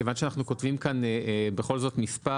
מכיוון שאנחנו כותבים כאן בכל זאת מספר